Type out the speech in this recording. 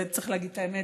וצריך להגיד את האמת,